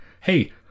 hey